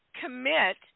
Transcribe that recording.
commit